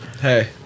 Hey